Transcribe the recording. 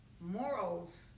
Morals